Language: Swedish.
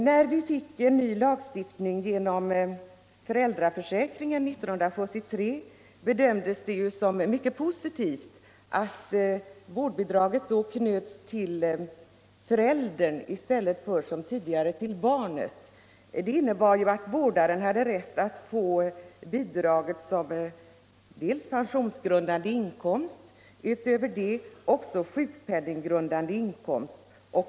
När vi fick en ny lagstiftning genom föräldraförsäkringen 1973 bedömdes det ju som mycket positivt att vårdbidraget då knöts till föräldern i stället för, som tidigare, till barnet. Det innebar att vårdaren hade rätt att få bidraget som dels pensionsgrundande inkomst, dels sjukpenninggrundande inkomst.